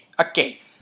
Okay